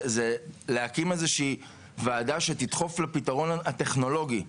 זה להקים איזושהי וועדה שתדחוף לפתרון הטכנולוגי.